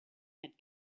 had